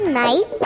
night